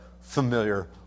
familiar